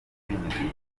bimworohera